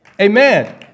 Amen